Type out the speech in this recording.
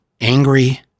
angry